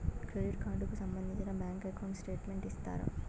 Credit card కు సంబంధించిన bank account statement ఇస్తారా?